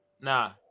Nah